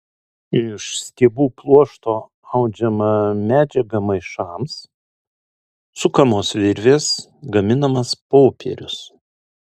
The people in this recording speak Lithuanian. iš stiebų pluošto audžiama medžiaga maišams sukamos virvės gaminamas popierius